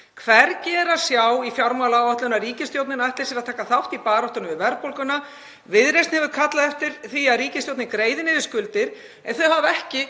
Hvergi er að sjá í fjármálaáætlun að ríkisstjórnin ætli sér að taka þátt í baráttunni við verðbólguna. Viðreisn hefur kallað eftir því að ríkisstjórnin greiði niður skuldir en hún hefur ekki